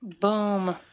Boom